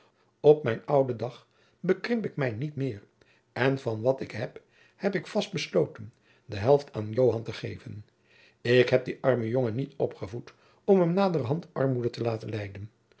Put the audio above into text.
op mijn ouden dag bekrimp ik mij jacob van lennep de pleegzoon niet meer en van wat ik heb heb ik vast besloten de helft aan joan te geven ik heb dien armen jongen niet opgevoed om hem naderhand armoede te laten lijden